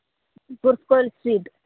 street